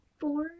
four